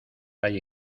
hay